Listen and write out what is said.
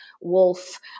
Wolf